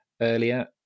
earlier